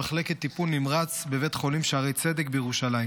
במחלקת טיפול נמרץ בבית החולים שערי צדק בירושלים.